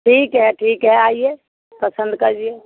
ठीक है ठीक है आइए पसंद करिए